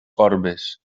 corbes